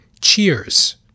Cheers